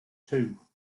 two